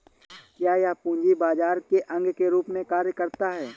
क्या यह पूंजी बाजार के अंग के रूप में कार्य करता है?